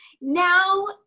now